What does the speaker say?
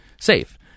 safe